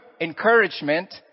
encouragement